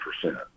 percent